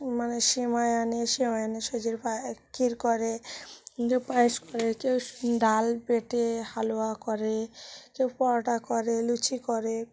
মানে সিমায় আনে সিমায় এনে সুজির পায়েস ক্ষীর করে কেউ পায়েস করে কেউ ডাল বেটে হালুয়া করে কেউ পরোটা করে লুচি করে